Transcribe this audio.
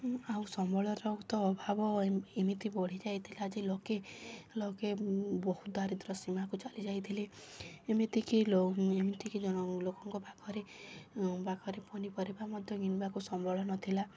ଆଉ ସମ୍ବଳର ଅଭାବ ଏମିତି ବଢ଼ିଯାଇଥିଲା ଯେ ଲୋକେ ଲୋକେ ବହୁତ ଦାରିଦ୍ର୍ୟ ସୀମାକୁ ଚାଲିଯାଇଥିଲେ ଏମିତିକି ଏମିତିକି ଜ ଲୋକଙ୍କ ପାଖରେ ପାଖରେ ପନିପରିବା ମଧ୍ୟ କିଣିବାକୁ ସମ୍ବଳ ନଥିଲା